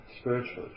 spiritually